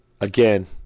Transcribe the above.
again